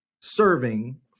serving